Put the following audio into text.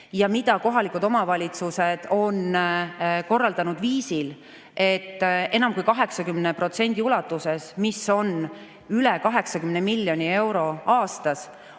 ja mida kohalikud omavalitsused on korraldanud viisil, et enam kui 80% ulatuses, üle 80 miljoni euro aastas,